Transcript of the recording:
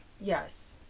yes